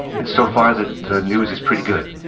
and so far the the news is pretty good,